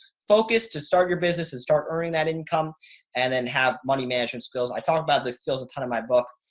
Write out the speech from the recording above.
focus to start your business and start earning that income and then have money management skills. i talked about the skills a ton in my book.